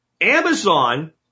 Amazon